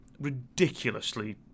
ridiculously